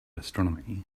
astronomy